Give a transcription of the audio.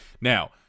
Now